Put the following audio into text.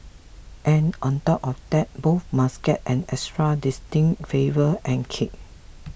and on top of that both must get an extra distinct flavour and kick